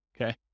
okay